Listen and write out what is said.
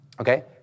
okay